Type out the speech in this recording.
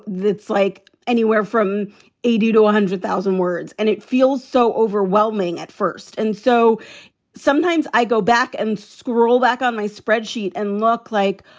it's like anywhere from eighty to one hundred thousand words. and it feels so overwhelming at first. and so sometimes i go back and scribble back on my spreadsheet and look like,